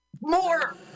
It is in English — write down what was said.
More